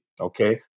okay